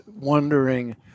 wondering